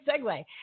segue